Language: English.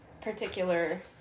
particular